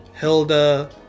hilda